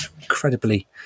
incredibly